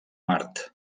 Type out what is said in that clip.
mart